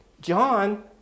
John